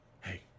Hey